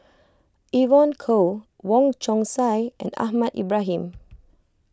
Evon Kow Wong Chong Sai and Ahmad Ibrahim